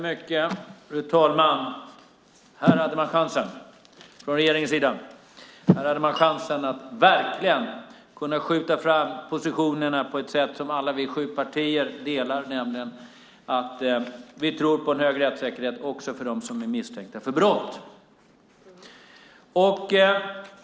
Fru talman! Här hade regeringen chansen att verkligen kunna skjuta fram positionerna på ett sätt som alla vi sju partier delar, nämligen att vi tror på en hög rättssäkerhet också för dem som är misstänkta för brott.